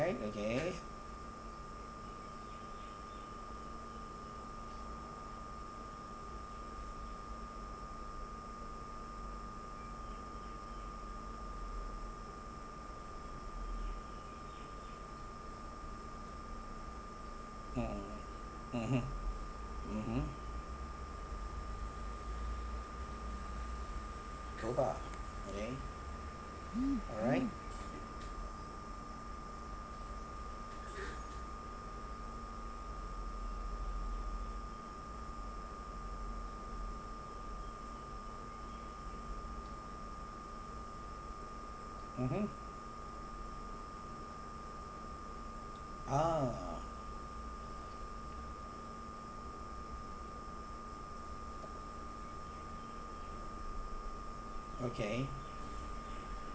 okay (uh huh) ya mmhmm mmhmm !wah! okay all right mmhmm ah okay